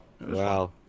Wow